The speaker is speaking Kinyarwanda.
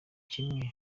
kimwe